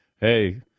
Hey